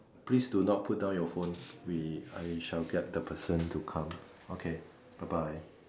please do not put down your phone we I shall get the person to come okay bye bye